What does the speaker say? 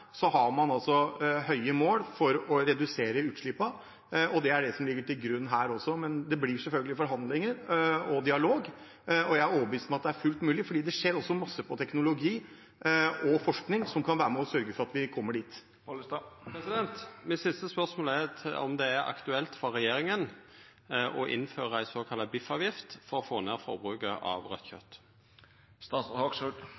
blir selvfølgelig forhandlinger og dialog. Jeg er overbevist om at det er fullt mulig, for det skjer masse innen teknologi og forskning som kan være med og sørge for at vi kommer dit. Mitt siste spørsmål er om det er aktuelt for regjeringa å innføra ei såkalla biffavgift for å få ned forbruket av